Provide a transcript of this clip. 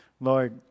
Lord